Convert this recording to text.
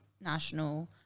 national